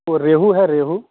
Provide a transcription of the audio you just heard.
وہ ریہو ہے ریہو